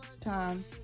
time